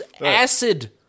acid